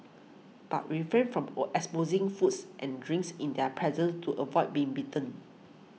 but refrain from own exposing foods and drinks in their presence to avoid being bitten